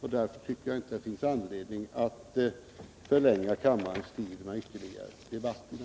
och därför tycker jag inte det finns anledning att ytterligare förlänga debatten.